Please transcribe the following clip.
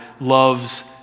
loves